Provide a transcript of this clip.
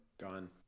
gone